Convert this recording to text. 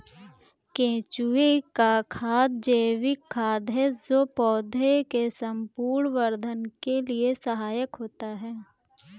केंचुए का खाद जैविक खाद है जो पौधे के संपूर्ण वर्धन के लिए सहायक होता है